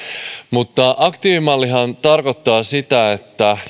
aktiivimallihan tarkoittaa sitä että